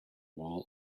wall